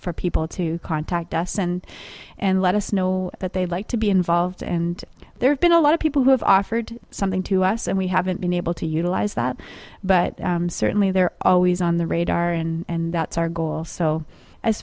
for people to contact us and and let us know that they like to be involved and there have been a lot of people who have offered something to us and we haven't been able to utilize that but certainly they're always on the radar and that's our goal so as